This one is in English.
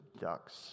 ducks